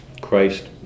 Christ